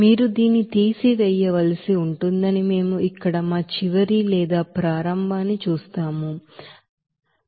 మీరు దీన్ని తీసివేయవలసి ఉంటుందని మేము ఇక్కడ మా చివరి లేదా ప్రారంభ ాన్ని చూస్తాము అని మీకు తెలుసు